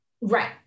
Right